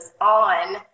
on